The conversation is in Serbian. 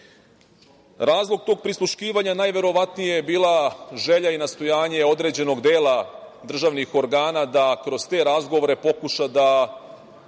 uvid. Razlog tog prisluškivanja je najverovatnije je bila želja i nastojanje određenog dela državnih organa da kroz te razgovore pokuša da